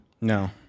No